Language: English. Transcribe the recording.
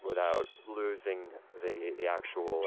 without losing the the actual,